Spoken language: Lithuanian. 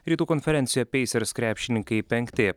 rytų konferencijoje peisers krepšininkai penkti